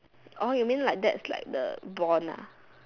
orh you mean like that is the bond ah